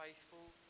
faithful